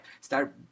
Start